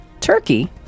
Turkey